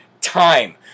time